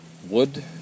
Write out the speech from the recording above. wood